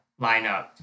lineup